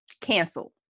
Cancel